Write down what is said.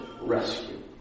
rescue